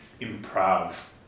improv